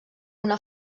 una